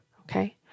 Okay